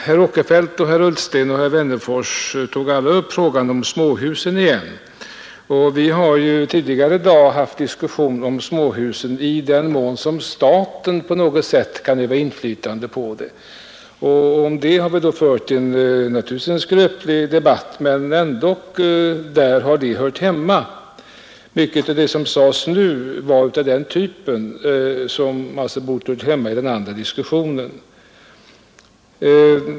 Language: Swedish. Herrar Åkerfeldt, Ullsten och Wennerfors tog ånyo upp frågan om småhusen. Vi har tidigare i dag haft diskussion om småhusen och frågan om i vilken mån staten kan utöva inflytande. Om det har vi fört en visserligen skröplig debatt men mycket av det som nu sades var av det slag att det borde ha hört hemma i den diskussionen.